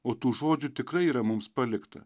o tų žodžių tikrai yra mums palikta